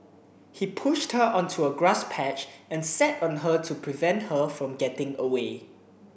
he pushed her onto a grass patch and sat on her to prevent her from getting away